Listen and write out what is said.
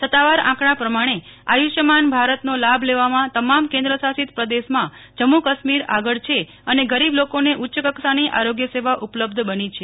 સત્તાવાર આંકડા પ્રમાણે આયુષ્યમાન ભારતનો લાભ લેવામાં તમામ કેન્દ્ર શાસિત પ્રદેશમાં જમ્મુ કશ્મીર આગળ છે અને ગરીબ લોકોને ઉચ્ય કક્ષાની આરોગ્ય સેવા ઉપલબ્ધ બની છે